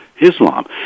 Islam